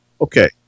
Okay